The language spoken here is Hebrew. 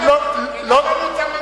והעלה לנו את המנדט.